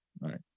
Right